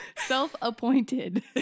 self-appointed